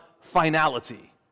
finality